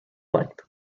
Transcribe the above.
length